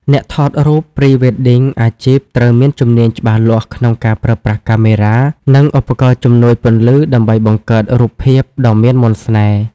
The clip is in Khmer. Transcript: អ្នកថតរូប Pre-wedding អាជីពត្រូវមានជំនាញច្បាស់លាស់ក្នុងការប្រើប្រាស់កាមេរ៉ា និងឧបករណ៍ជំនួយពន្លឺដើម្បីបង្កើតរូបភាពដ៏មានមន្តស្នេហ៍។